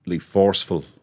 forceful